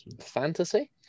fantasy